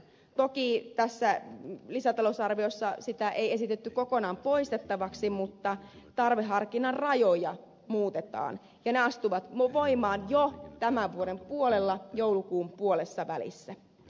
toki tässä lisätalousarviossa sitä ei esitetty kokonaan poistettavaksi mutta tarveharkinnan rajoja muutetaan ja ne astuvat voimaan jo tämän vuoden puolella joulukuun puolessavälissä